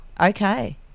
Okay